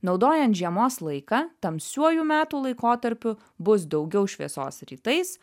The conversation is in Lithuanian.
naudojant žiemos laiką tamsiuoju metų laikotarpiu bus daugiau šviesos rytais